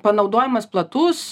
panaudojimas platus